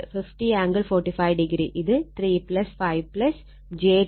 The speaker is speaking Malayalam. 50 ആംഗിൾ 45° ഇത് 3 5 j 10